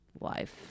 life